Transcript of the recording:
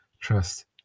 trust